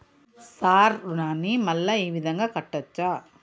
Sir రుణాన్ని మళ్ళా ఈ విధంగా కట్టచ్చా?